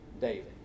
David